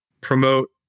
promote